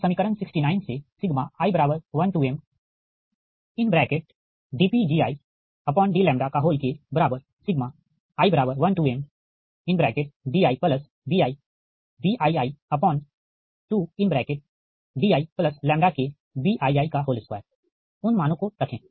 तो समीकरण 69 से i1mdPgidλi1mdibiBii2diKBii2 उन मानों को रखें